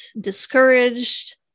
discouraged